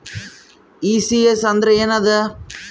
ECS ಅಂದ್ರ ಏನದ?